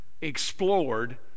explored